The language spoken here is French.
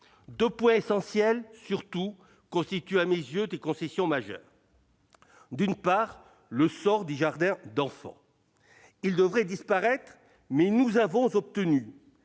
Deux points, surtout, constituent à mes yeux des concessions majeures. D'une part, les jardins d'enfants devaient disparaître, mais nous avons obtenu